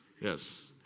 Yes